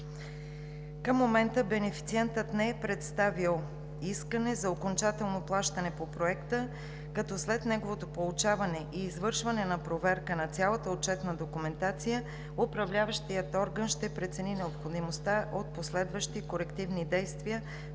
Към момента бенефициентът не е представил искане за окончателно плащане по Проекта, като след неговото получаване и извършване на проверка на цялата отчетна документация Управляващият орган ще прецени необходимостта от последващи корективни действия